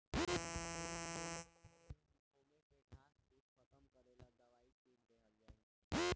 खेत बोवे से पहिले ही ओमे के घास फूस खतम करेला दवाई छिट दिहल जाइ